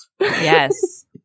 yes